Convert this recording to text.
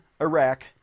Iraq